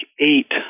eight